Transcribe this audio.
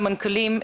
למנכ"לים,